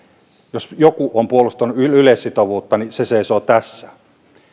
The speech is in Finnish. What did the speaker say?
jos joku on puolustanut yleissitovuutta niin se seisoo tässä